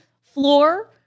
floor